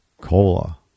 cola